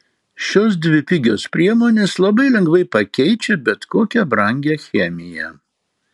šios dvi pigios priemonės labai lengvai pakeičia bet kokią brangią chemiją